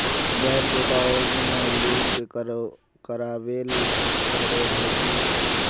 Bank account में link करावेल पारे है की?